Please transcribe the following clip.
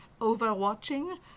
overwatching